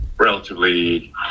relatively